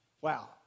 Wow